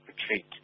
retreat